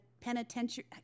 penitentiary